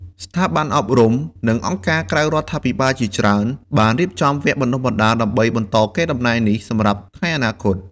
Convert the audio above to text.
ស្ថាប័នអប់រំ និងអង្គការក្រៅរដ្ឋាភិបាលជាច្រើនបានរៀបចំវគ្គបណ្តុះបណ្តាល ដើម្បីបន្តកេរដំណែលនេះសម្រាប់ថ្ងៃអនាគត។